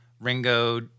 Ringo